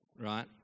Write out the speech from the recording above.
right